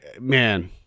man